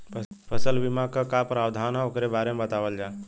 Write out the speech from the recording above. फसल बीमा क का प्रावधान हैं वोकरे बारे में बतावल जा?